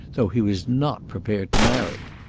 though he was not prepared to marry.